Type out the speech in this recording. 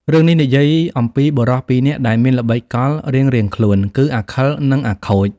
រឿងនេះនិយាយអំពីបុរសពីរនាក់ដែលមានល្បិចកលរៀងៗខ្លួន គឺ អាខិល និង អាខូច។